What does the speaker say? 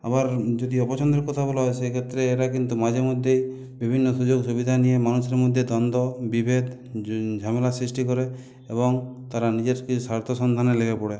আবার যদি অপছন্দের কথা বলা হয় সেই ক্ষেত্রে এরা কিন্তু মাঝেমধ্যে বিভিন্ন সুযোগ সুবিধা নিয়ে মানুষের মধ্যে দ্বন্দ্ব বিভেদ ঝামেলার সৃষ্টি করে এবং তারা নিজেরকে স্বার্থসন্ধানে লেগে পড়ে